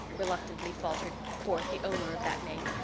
reluctantly faltered forth the owner of that name,